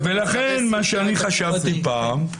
מה שאני חשבתי פעם,